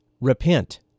Repent